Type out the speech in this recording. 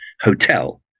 hotel